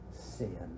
sin